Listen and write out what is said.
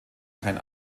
kein